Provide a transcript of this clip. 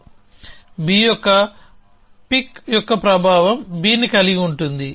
B యొక్క పిక్ యొక్క ప్రభావం Bని కలిగి ఉంటుంది